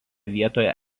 vietoje